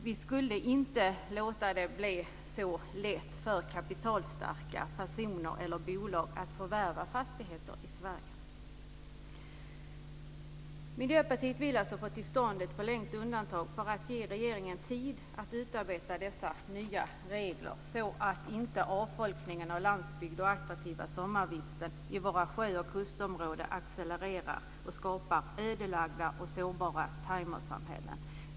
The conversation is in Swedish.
Vi skulle inte låta det bli så lätt för kapitalstarka personer eller bolag att få förvärva fastigheter i Sverige. Miljöpartiet vill alltså få till stånd ett förlängt undantag för att ge regeringen tid att utarbeta dessa nya regler så att inte avfolkningen av landsbygden och våra attraktiva sommarvisten i våra sjö och kustområden accelerar och skapar ödelagda och sårbara timersamhällen.